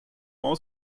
aus